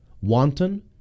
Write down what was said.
wanton